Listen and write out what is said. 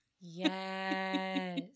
Yes